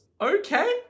okay